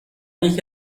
یکی